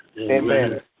Amen